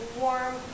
warm